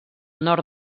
nord